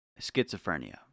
schizophrenia